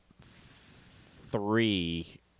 three